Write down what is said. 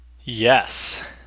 yes